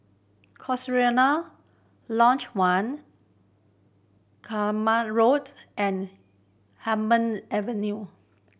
Cochrane Lodge One Klang Road and Hume Avenue